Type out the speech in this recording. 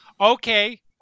Okay